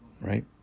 right